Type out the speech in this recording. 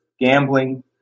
gambling